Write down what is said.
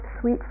sweet